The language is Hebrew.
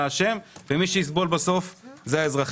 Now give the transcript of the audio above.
ומי שיסבול בסוף זה האזרחים.